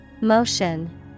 Motion